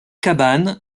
cabane